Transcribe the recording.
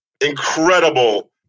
Incredible